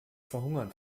verhungern